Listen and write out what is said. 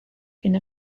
into